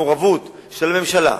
המעורבות של הממשלה,